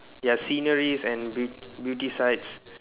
ya sceneries and beaut~ beauty sites